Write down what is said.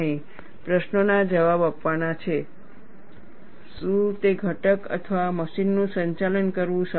પ્રશ્નોના જવાબ આપવાના છે શું તે ઘટક અથવા મશીનનું સંચાલન કરવું સલામત છે